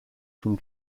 from